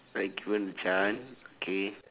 I given a chance okay